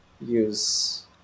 use